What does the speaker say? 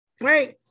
Right